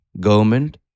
government